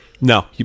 No